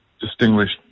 distinguished